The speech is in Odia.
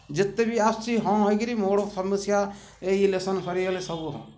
ଯେତେବି ଆସୁଛି ହଁ ହେଇକରି ଏଇ ଇଲେକ୍ସନ୍ ସରିଗଲେ ସବୁ ହଁ